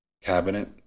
cabinet